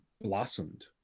blossomed